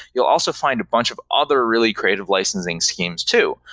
you'll also find a bunch of other really creative licensing schemes too.